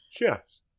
Yes